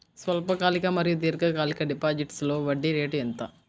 స్వల్పకాలిక మరియు దీర్ఘకాలిక డిపోజిట్స్లో వడ్డీ రేటు ఎంత?